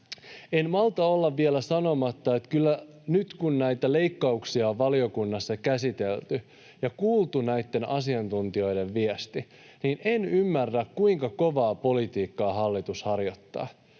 En malta olla vielä sanomatta, että kyllä nyt kun näitä leikkauksia on valiokunnassa käsitelty ja kuultu asiantuntijoiden viesti, niin en ymmärrä, kuinka kovaa politiikkaa hallitus harjoittaa.